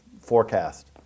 forecast